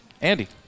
Andy